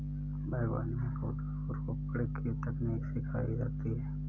बागवानी में पौधरोपण की तकनीक सिखाई जाती है